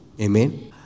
Amen